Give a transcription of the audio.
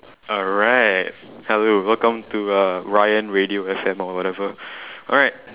alright hello welcome to(uh) ryan radio F_M or whatever alright